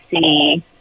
see